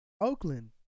Oakland